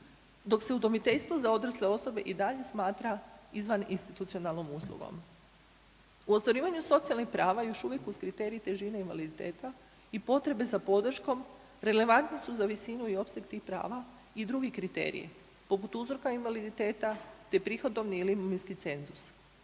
dok se udomiteljstvo za odrasle osobe i dalje smatra izvaninstitucionalnom uslugom. U ostvarivanju socijalnih prava još uvijek uz kriterij težine invaliditeta i potrebe za podrškom relevantni su za visinu i opseg tih prava i drugi kriteriji poput uzroka invaliditeta te prihodovni ili imovinski cenzus,